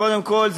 קודם כול,